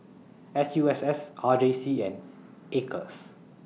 S U S S R J C and Acres